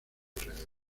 alrededor